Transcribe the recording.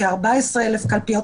כ-14,000 קלפיות.